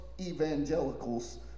evangelicals